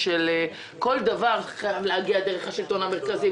שכל דבר חייב להגיע דרך השלטון המרכזי,